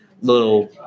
little